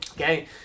Okay